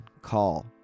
call